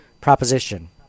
proposition